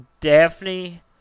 Daphne